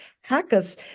hackers